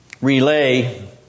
Relay